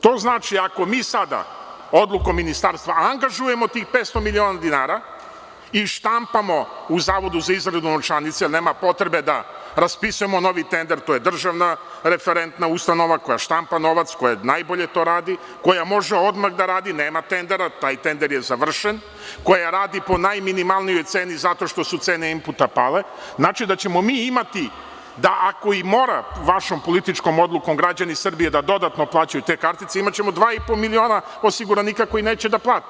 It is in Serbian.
To znači, ako mi sada odlukom Ministarstva, angažujemo tih 500 miliona dinara i štampamo u Zavodu za izradu novčanica, jer nema potrebe da raspisujemo novi tender, to je državna referentna ustanova koja štampa novac, koja najbolje to radi, koja može odmah da radi, nema tendera, taj tender je završen, koja radi po najminimalnijoj ceni zato što su cene imputa pale, znači da ćemo mi imati da ako i moraju vašom političkom odlukom građani Srbije da dodatno plaćaju te kartice, imaćemo dva i po miliona osiguranika koji neće da plate.